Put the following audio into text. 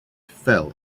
fell